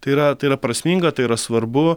tai yra tai yra prasminga tai yra svarbu